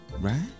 Right